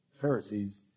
Pharisees